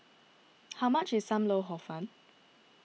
how much is Sam Lau Hor Fun